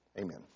Amen